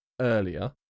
earlier